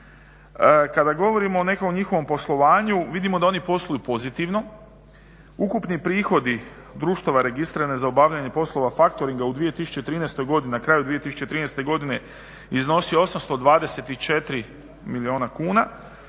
Kada govorimo o nekom njihovom poslovanju, vidimo da oni posluju pozitivno. Ukupni prihodi društava registra za obavljanje poslova factoringa u 2013. godini, na kraju 2013. godine je iznosio 824 milijuna kuna,